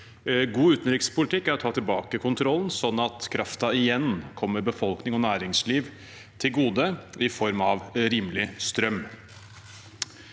God utenrikspolitikk er å ta tilbake kontrollen, sånn at kraften igjen kommer befolkning og næringsliv til gode, i form av rimelig strøm.